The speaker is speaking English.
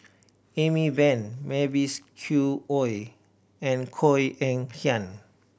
Amy Van Mavis Khoo Oei and Koh Eng Kian